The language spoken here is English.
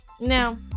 Now